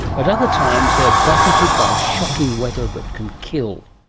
at other times they are buffeted by shocking weather that can kill.